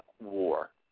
war